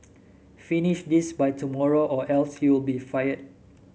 finish this by tomorrow or else you'll be fired